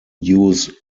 use